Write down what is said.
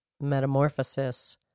metamorphosis